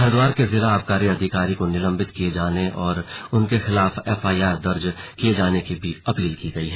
हरिद्वार के जिला आबकारी अधिकारी को निलंबित किये जाने और उसके खिलाफ एफआईआर दर्ज किये जाने की भी अपील की गई है